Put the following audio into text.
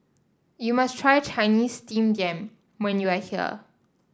you must try Chinese Steamed Yam when you are here